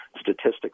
statistics